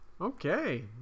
okay